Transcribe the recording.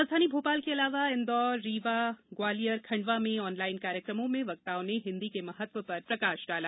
राजधानी भोपाल के अलावा इंदौर रीवा ग्वालियर खंडवा में ऑनलाइन कार्यकमों में वक्ताओं ने हिंदी महत्व पर प्रकाश डाला